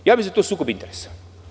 Ja mislim da je to sukob interesa.